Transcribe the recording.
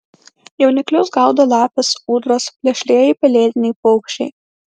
jauniklius gaudo lapės ūdros plėšrieji pelėdiniai paukščiai